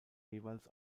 jeweils